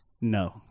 No